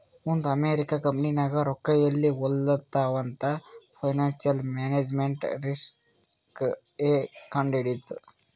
ಒಂದ್ ಅಮೆರಿಕಾ ಕಂಪನಿನಾಗ್ ರೊಕ್ಕಾ ಎಲ್ಲಿ ಹೊಲಾತ್ತಾವ್ ಅಂತ್ ಫೈನಾನ್ಸಿಯಲ್ ಮ್ಯಾನೇಜ್ಮೆಂಟ್ ರಿಸ್ಕ್ ಎ ಕಂಡ್ ಹಿಡಿತ್ತು